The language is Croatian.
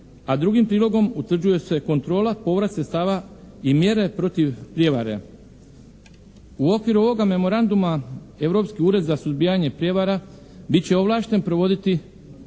a drugim prilogom utvrđuje se kontrola, povrat sredstava i mjere protiv prijevare. U okviru ovoga memoranduma Europski ured za suzbijanje prijevara, bit će ovlašten provoditi